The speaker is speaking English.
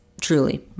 Truly